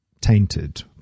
tainted